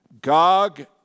Gog